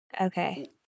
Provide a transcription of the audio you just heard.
Okay